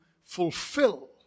fulfill